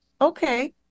Okay